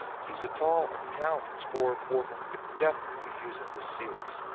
he's a tall and talented scorer portland could definitely use in this series.